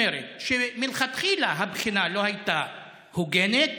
אומרת שמלכתחילה הבחינה לא הייתה הוגנת